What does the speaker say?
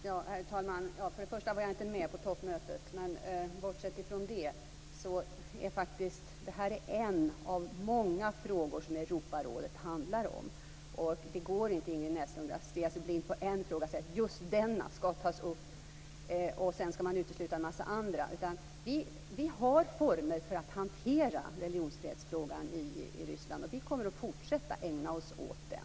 Herr talman! Jag var inte med på toppmötet, men bortsett från det är detta faktiskt en av många frågor som Europarådet behandlar. Det går inte, Ingrid Näslund, att stirra sig blind på en fråga och säga att just den skall tas upp och sedan utesluta en del andra. Vi har former för att hantera religionsfrihetsfrågan i Ryssland, och vi kommer att fortsätta att ägna oss åt den.